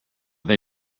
they